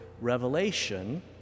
revelation